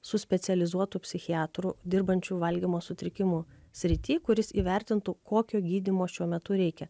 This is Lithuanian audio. su specializuotu psichiatru dirbančiu valgymo sutrikimų srity kuris įvertintų kokio gydymo šiuo metu reikia